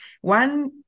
One